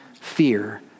Fear